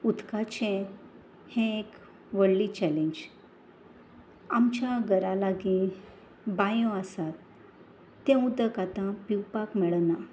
उदकाचें हें एक व्हडली चॅलेंज आमच्या घरा लागीं बांयो आसात तें उदक आतां पिवपाक मेळना